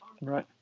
Right